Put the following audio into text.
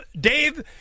Dave